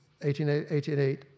1888